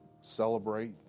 celebrate